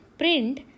Print